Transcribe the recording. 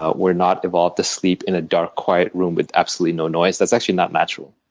ah we're not evolved to sleep in a dark, quiet room with absolutely no noise. that's actually not natural.